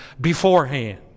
beforehand